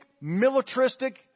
militaristic